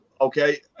okay